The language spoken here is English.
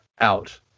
out